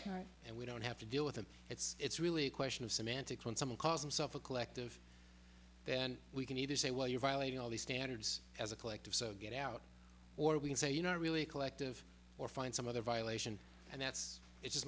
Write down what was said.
problem and we don't have to deal with it it's really a question of semantics when someone calls himself a collective then we can either say well you're violating all the standards as a collective so get out or we can say you know really a collective or find some other violation and that's it